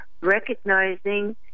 recognizing